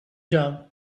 job